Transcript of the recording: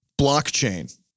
Blockchain